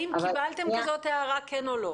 שאלתי האם קיבלתם כזאת הערה, כן או לא.